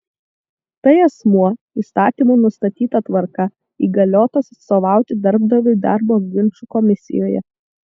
tai asmuo įstatymų nustatyta tvarka įgaliotas atstovauti darbdaviui darbo ginčų komisijoje